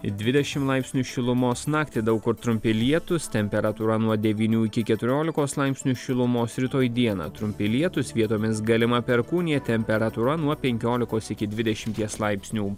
dvidešim laipsnių šilumos naktį daug kur trumpi lietūs temperatūra nuo devynių iki keturiolikos laipsnių šilumos rytoj dieną trumpi lietūs vietomis galima perkūnija temperatūra nuo penkiolikos iki dvidešimties laipsnių